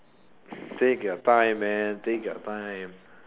take your time man take your time